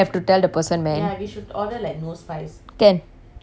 can I don't mind their no spice is spice